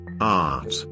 art